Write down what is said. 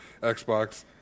Xbox